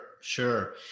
Sure